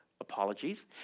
apologies